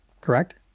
correct